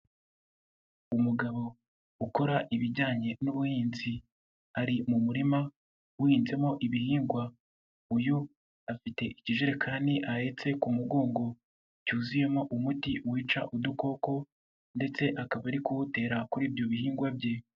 Umugabo ukora ibijyanye n'ubuhinzi, ari mu murima uhinzemo ibihingwa. Uyu afite ikijerekani ahetse ku mugongo, cyuzuyemo umuti wica udukoko ndetse akaba ari kuwutera kuri ibyo bihingwa bye.